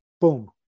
boom